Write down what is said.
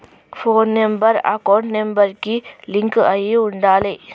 పోను number account number కి link అయ్యి ఉండాలే